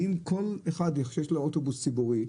האם כל אחד שיש לו אוטובוס ציבורי,